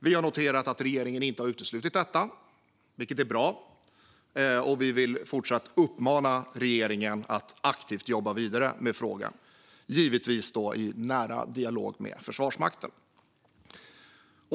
Vi har noterat att regeringen inte har uteslutit detta, vilket är bra, och vi vill fortsätta att uppmana regeringen att aktivt jobba vidare med frågan - givetvis i nära dialog med Försvarsmakten.